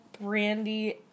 Brandy